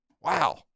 Wow